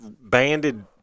banded